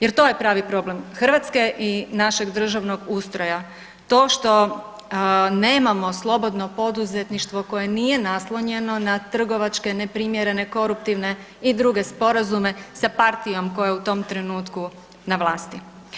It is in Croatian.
Jer to je pravi problem Hrvatske i našeg državnog ustroja to što nemamo slobodno poduzetništvo koje nije naslonjeno na trgovačke neprimjerene koruptivne i druge sporazume sa partijom koja je u tom trenutku na vlasti.